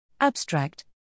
Abstract